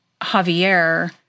Javier